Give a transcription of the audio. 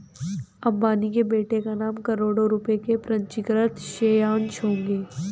अंबानी के बेटे के नाम करोड़ों रुपए के पंजीकृत शेयर्स होंगे